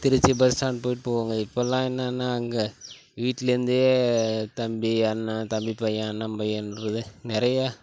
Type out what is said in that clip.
Trichy bus stand போய்ட்டு போவோம்ங்க இப்போலாம் என்னென்னா அங்கே வீட்லேருந்தே தம்பி அண்ணன் தம்பி பையன் அண்ணன் பையன்றது நிறையா